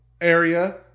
area